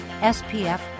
SPF